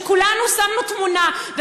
שכולנו שמנו תמונה שלו,